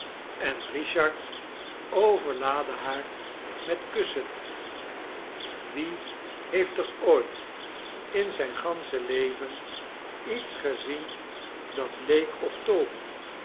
en eichard overlaadde haar met kussen wie heeft er ooit in zijn gansche levien iets gezien dat leek op toby